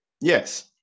Yes